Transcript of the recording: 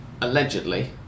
allegedly